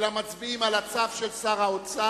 אלא מצביעים על הצו של שר האוצר,